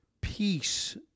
peace